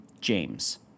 james